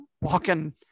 walking